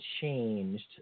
changed